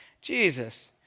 Jesus